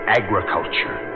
agriculture